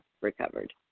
recovered